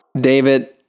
David